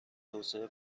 توسعه